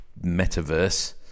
metaverse